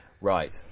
Right